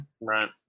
Right